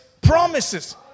promises